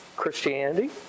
Christianity